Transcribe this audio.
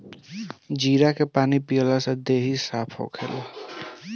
जीरा के पानी पियला से देहि साफ़ होखेला